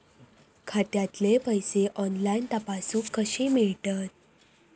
खात्यातले पैसे ऑनलाइन तपासुक कशे मेलतत?